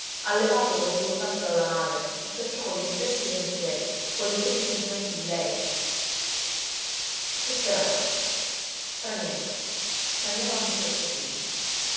estraneo allevato quasi soltanto dalla madre e perciò con gli stessi pensieri con gli stessi sentimenti di lei che sperava straniero straniero anche per suo figlio